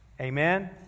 Amen